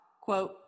Quote